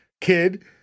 kid